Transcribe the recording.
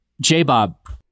J-Bob